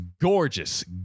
gorgeous